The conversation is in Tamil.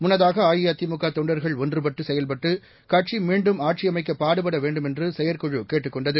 முன்னதாக அஇஅதிமுக தொண்டர்கள் ஒன்றுபட்டு செயல்பட்டு கட்சி மீண்டும் ஆட்சி அமைக்க பாடுபட வேண்டுமென்று செயற்குழு கேட்டுக் கொண்டது